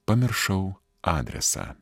pamiršau adresą